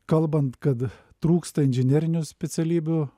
kalbant kad trūksta inžinerinių specialybių